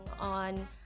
on